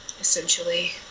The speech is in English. essentially